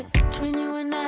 between you and